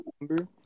number